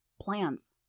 Plans